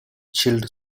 chilled